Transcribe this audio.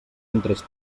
entrés